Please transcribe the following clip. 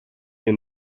you